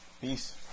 Peace